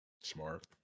Smart